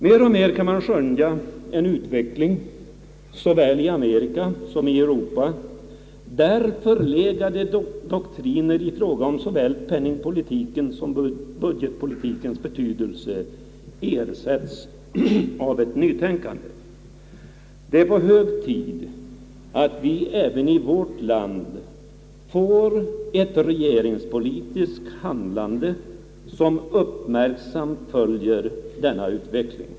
Mer och mer kan man både i Amerika och i Europa skönja en utveckling, där förlegade doktriner om såväl penningpolitikens som budgetpolitikens hetydelse ersättes av ett nytänkande. Det är på hög tid att vi även i vårt land får ett regeringspolitiskt handlande som uppmärksamt följer denna utveckling.